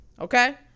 Okay